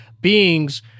beings